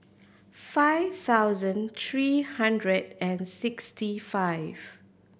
five thousand three hundred sixty five